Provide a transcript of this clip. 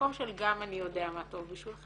למקום של גם אני יודע מה טוב בשבילך,